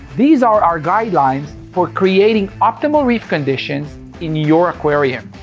these are our guidelines for creating optimal reef conditions in your aquarium,